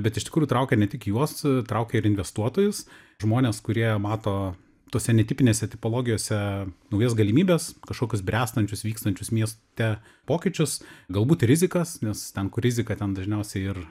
bet iš tikrųjų traukia ne tik juos traukia ir investuotojus žmones kurie mato tose netipinėse tipologijose naujas galimybes kažkokius bręstančius vykstančius mieste pokyčius galbūt rizikas nes ten kur rizika ten dažniausiai ir